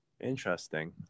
Interesting